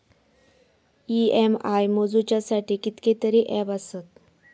EMI मोजुच्यासाठी कितकेतरी app आसत